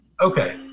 Okay